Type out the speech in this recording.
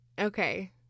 okay